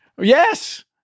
Yes